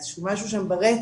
איזה שהוא משהו שם ברצף.